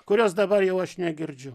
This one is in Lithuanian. kurios dabar jau aš negirdžiu